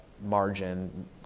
margin